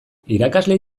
irakasle